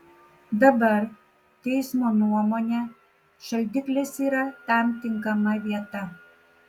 dabar teismo nuomone šaldiklis yra tam tinkama vieta